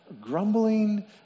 Grumbling